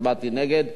הצבעתי נגד.